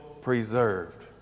preserved